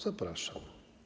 Zapraszam.